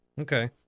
Okay